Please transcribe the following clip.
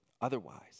otherwise